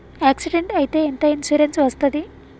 Accident అయితే ఎంత insurance వస్తది?